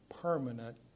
permanent